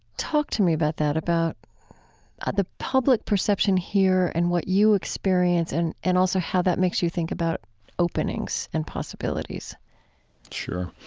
talk to me about that, about the public perception here and what you experience, and and also how that makes you think about openings and possibilities sure.